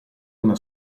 una